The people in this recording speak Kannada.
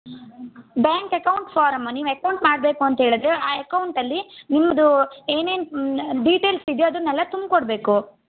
ಬ್ಯಾಂಕ್ ಅಕೌಂಟ್ ಫಾರಮ್ ನೀವು ಅಕೌಂಟ್ ಮಾಡಬೇಕು ಅಂತ ಹೇಳಿದರೆ ಆ ಅಕೌಂಟಲ್ಲಿ ನಿಮ್ಮದು ಏನೇನು ಡಿಟೇಲ್ಸ್ ಇದೆಯೋ ಅದನ್ನೆಲ್ಲ ತುಂಬ್ಕೊಡಬೇಕು